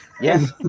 Yes